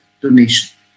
donation